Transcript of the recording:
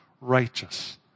righteous